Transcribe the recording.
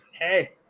Hey